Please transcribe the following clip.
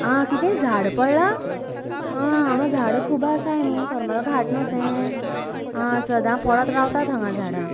आं कितें झाड पडलां आं हांगा झाड खूब आसाय न्हू करमल घाट न्हू तें आं सदांच पडत रावता हांगा झाडां